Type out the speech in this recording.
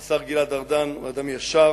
השר גלעד ארדן הוא אדם ישר,